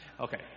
Okay